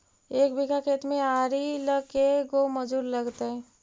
एक बिघा खेत में आरि ल के गो मजुर लगतै?